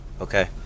okay